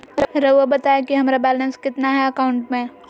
रहुआ बताएं कि हमारा बैलेंस कितना है अकाउंट में?